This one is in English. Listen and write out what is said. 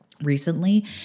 recently